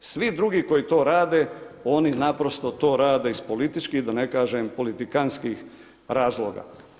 Svi drugi koji to rade, oni naprosto to rade iz političkih, da ne kažem politikantskih razloga.